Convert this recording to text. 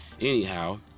anyhow